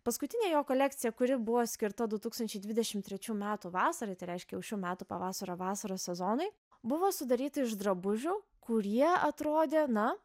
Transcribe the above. paskutinė jo kolekcija kuri buvo skirta du tūkstančiai dvidešimt trečių metų vasarai tai reiškia jau šių metų pavasario vasaros sezonui buvo sudaryta iš drabužių kurie atrodė na